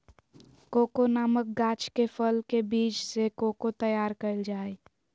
cocoa नामक गाछ के फल के बीज से कोको तैयार कइल जा हइ